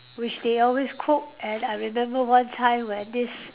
which they always cook and I remember one time when this